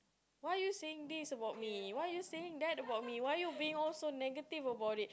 why are you saying this about me why are you saying that about me why are you being all so negative about it